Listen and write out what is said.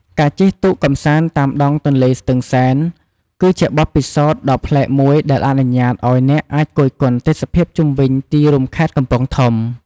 ការជិះទូកកម្សាន្តតាមដងទន្លេស្ទឹងសែន គឺជាបទពិសោធន៍ដ៏ប្លែកមួយដែលអនុញ្ញាតឲ្យអ្នកអាចគយគន់ទេសភាពជុំវិញទីរួមខេត្តកំពង់ធំ។